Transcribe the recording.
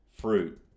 fruit